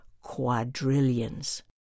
quadrillions